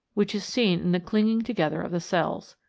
which is seen in the clinging together of the cells.